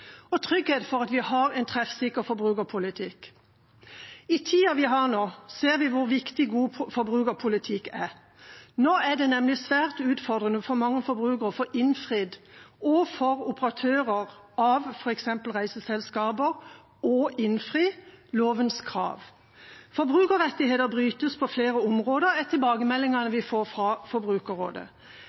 og trygghet for at vi har en treffsikker forbrukerpolitikk. I tida vi har nå, ser vi hvor viktig god forbrukerpolitikk er. Nå er det nemlig svært utfordrende for mange forbrukere og operatører av f.eks. reiseselskaper å innfri lovens krav. Forbrukerrettigheter brytes på flere områder, er tilbakemeldinger vi får fra Forbrukerrådet.